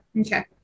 Okay